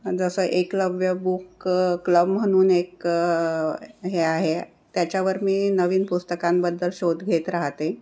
जसं Eklavya book club म्हणून एक हे आहे त्याच्यावर मी नवीन पुस्तकांबद्दल शोध घेत राहते